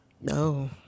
No